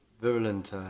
virulent